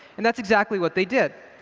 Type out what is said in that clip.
and that's exactly what they did.